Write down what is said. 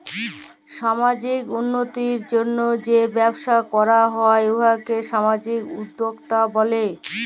সামাজিক উল্লতির জ্যনহে যে ব্যবসা ক্যরা হ্যয় উয়াকে সামাজিক উদ্যোক্তা ব্যলে